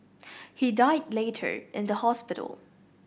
he died later in the hospital